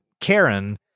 Karen